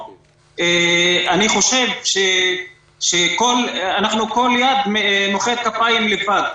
אני חושב שכל יד מוחאת כפיים לבד,